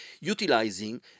utilizing